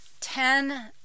ten